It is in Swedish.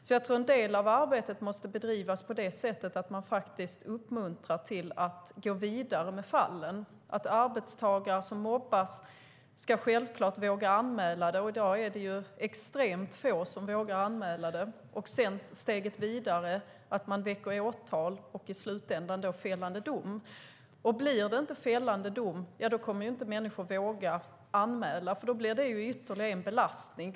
Jag tror att en del av arbetet måste bedrivas på det sättet att man uppmuntrar till att gå vidare med fallen och signalerar att arbetstagare som mobbas självklart ska våga anmäla det. I dag är det extremt få som vågar anmäla det och ta steget vidare, alltså att åtal väcks och man i slutändan får en fällande dom. Blir det inte fällande dom kommer människor inte att våga anmäla, för då blir det ytterligare en belastning.